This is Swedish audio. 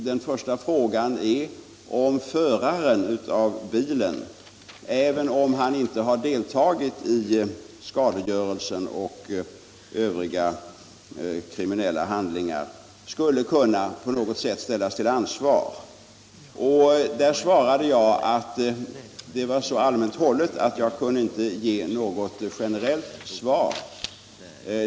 Den första frågan är huruvida föraren av bilen, även om han inte själv har deltagit i skadegörelsen och övriga kriminella handlingar, skulle kunna på något sätt ställas till ansvar. På den frågan svarade jag att den var så allmänt hållen att jag inte kunde ge något generellt svar.